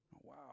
Wow